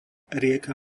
rieka